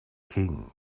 king